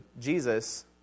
Jesus